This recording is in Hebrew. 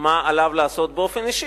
מה עליו לעשות באופן אישי,